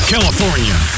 California